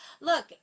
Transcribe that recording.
Look